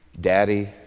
Daddy